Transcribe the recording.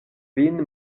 vin